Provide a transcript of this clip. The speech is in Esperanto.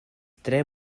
tre